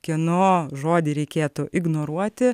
kieno žodį reikėtų ignoruoti